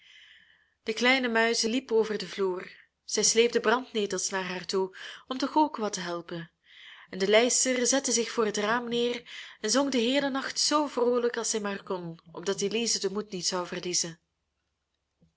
de kleine muizen liepen over den vloer zij sleepten brandnetels naar haar toe om toch ook wat te helpen en de lijster zette zich voor het raam neer en zong den heelen nacht zoo vroolijk als zij maar kon opdat elize den moed niet zou verliezen